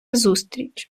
зустріч